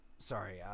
sorry